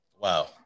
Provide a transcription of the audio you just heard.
Wow